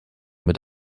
mit